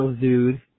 dude